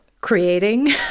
creating